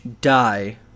Die